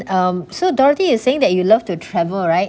um so dorothy you saying that you love to travel right